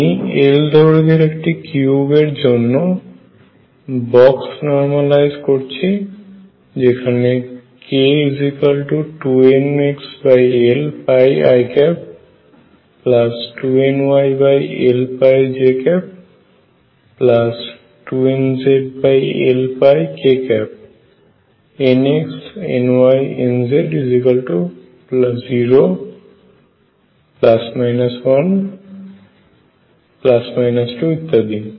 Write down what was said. আমি L দৈর্ঘ্যের একটি কিউব এর জন্য বক্স নর্মালাইজ করছি যেখানে k 2nxL i 2nyL j 2nzL k nxnynz0±1±2 ইত্যাদি